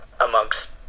amongst